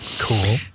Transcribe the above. Cool